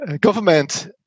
government